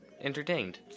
entertained